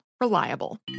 Reliable